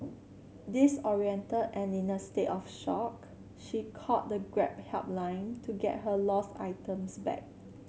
disoriented and in a state of shock she called the Grab helpline to get her lost items back